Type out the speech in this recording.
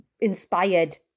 inspired